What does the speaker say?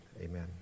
amen